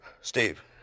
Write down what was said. Steve